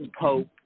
Pope